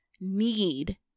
need